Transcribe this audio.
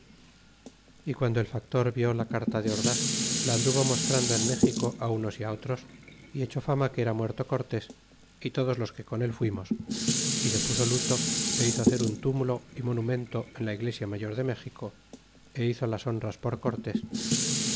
y guando el factor vió la carta de ordas la anduvo mostrando en méxico unos y otros y echó fama que era muerto cortés y todos los que con el fuimos é se puso luto e hizo hacer un túmulo é monumento en la iglesia mayor de méxico o hizo las honras por cortés